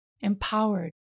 empowered